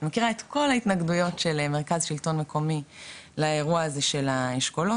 מכירה את כל ההתנגדויות של מרכז השלטון המקומי לאירוע הזה של האשכולות,